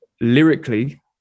lyrically